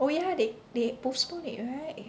oh ya they they postponed it right